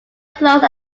close